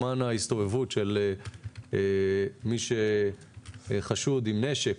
זמן ההסתובבות של מי שחשוד עם נשק,